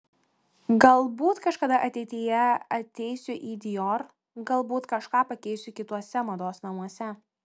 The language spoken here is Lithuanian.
galbūt kažkada ateityje ateisiu į dior galbūt kažką pakeisiu kituose mados namuose